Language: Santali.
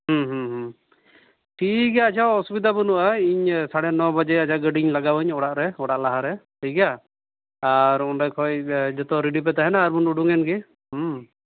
ᱴᱷᱤᱠᱜᱮᱭᱟ ᱟᱪᱪᱷᱟ ᱚᱥᱩᱵᱤᱫᱟ ᱵᱟᱹᱱᱩᱜᱼᱟ ᱤᱧ ᱥᱟᱲᱮ ᱱᱚ ᱵᱟᱡᱮ ᱟᱪᱪᱷᱟ ᱜᱟᱹᱰᱤᱧ ᱞᱟᱜᱟᱣᱟᱹᱧ ᱟᱪᱪᱷᱟ ᱚᱲᱟᱜ ᱨᱮ ᱛᱷᱚᱲᱟ ᱞᱟᱦᱟᱨᱮ ᱴᱷᱤᱠᱜᱮᱭᱟ ᱟᱨ ᱚᱸᱰᱮ ᱠᱷᱚᱡ ᱡᱚᱛᱚ ᱨᱮᱰᱤ ᱯᱮ ᱛᱟᱦᱮᱱᱟ ᱟᱨ ᱵᱚᱱ ᱩᱰᱩᱠᱮᱱ ᱜᱤ